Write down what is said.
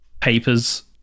papers